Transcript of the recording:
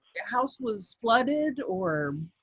house was flooded or